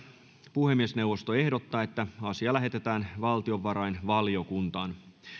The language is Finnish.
puhemiesneuvosto ehdottaa että asia lähetetään valtiovarainvaliokuntaan